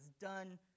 done